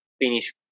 finish